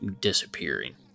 disappearing